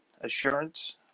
Assurance